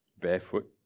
barefoot